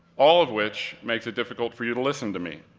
all of which makes it difficult for you to listen to me.